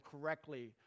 correctly